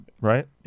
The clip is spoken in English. Right